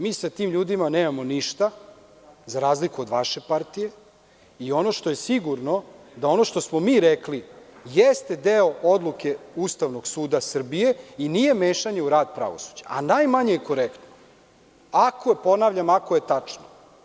Mi sa tim ljudima nemamo ništa, za razliku vaše partije i ono što je sigurno je da ono što smo mi rekli jeste deo odluke Ustavnog suda Srbije i nije mešanje u rad pravosuđa, a najmanje je korektno, ponavljam, ako je tačno.